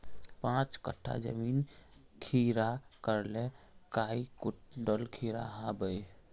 पाँच कट्ठा जमीन खीरा करले काई कुंटल खीरा हाँ बई?